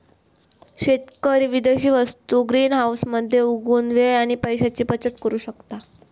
शेतकरी विदेशी वस्तु ग्रीनहाऊस मध्ये उगवुन वेळ आणि पैशाची बचत करु शकता